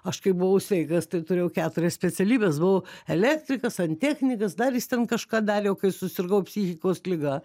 aš kai buvau sveikas tai turėjau keturias specialybes buvau elektrikas santechnikas dar jis ten kažką darė o kai susirgau psichikos liga